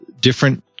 different